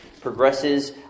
progresses